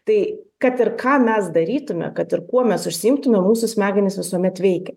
tai kad ir ką mes darytume kad ir kuo mes užsiimtume mūsų smegenys visuomet veikia